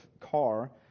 car